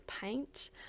paint